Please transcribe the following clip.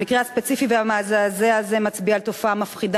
המקרה הספציפי והמזעזע הזה מצביע על תופעה מפחידה